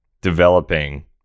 developing